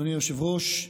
אדוני היושב-ראש,